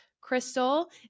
crystal